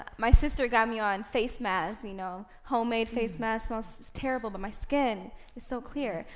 um my sister got me on face masks, you know homemade face masks. smells terrible, but my skin is so clear.